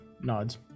nods